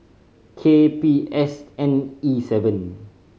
K P S N E seven